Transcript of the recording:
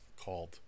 called